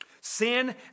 Sin